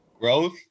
Growth